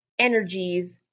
energies